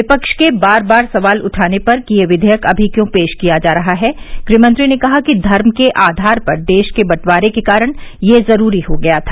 विपक्ष के बार बार सवाल उठाने पर कि ये विवेयक अभी क्यों पेश किया जा रहा है गृहमंत्री ने कहा कि धर्म के आधार पर देश के बंटवारे के कारण ये जरूरी हो गया था